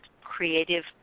creative